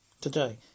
Today